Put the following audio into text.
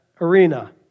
arena